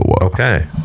okay